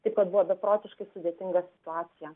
taip pat buvo beprotiškai sudėtinga situacija